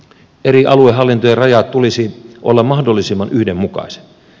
eri aluehallintojen rajojen tulisi olla mahdollisimman yhdenmukaisia